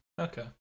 Okay